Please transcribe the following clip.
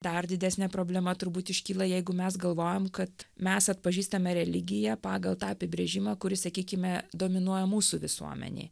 dar didesnė problema turbūt iškyla jeigu mes galvojam kad mes atpažįstame religiją pagal tą apibrėžimą kuris sakykime dominuoja mūsų visuomenėj